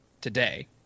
today